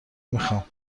میخوام